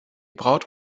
braut